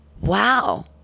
wow